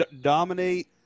dominate